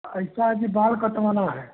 ऐसा है कि बाल कटवाना है